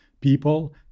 People